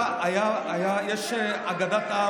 יש אגדת עם,